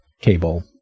cable